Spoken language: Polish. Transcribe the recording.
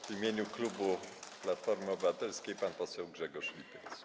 W imieniu klubu Platformy Obywatelskiej pan poseł Grzegorz Lipiec.